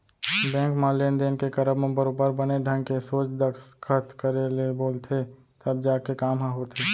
bank म लेन देन के करब म बरोबर बने ढंग के सोझ दस्खत करे ले बोलथे तब जाके काम ह होथे